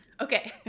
okay